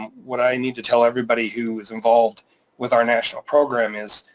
what i need to tell everybody who is involved with our national program is,